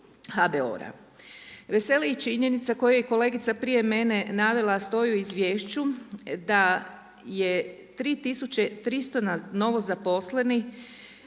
HBOR-a. Veseli i činjenica koju je kolegica prije mene navela, stoji u izvješću da je na 3300 novozaposlenih